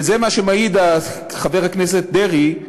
וזה מה שמעיד, חבר הכנסת דרעי,